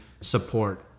support